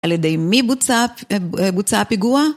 על ידי מי בוצע הפיגוע?